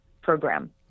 program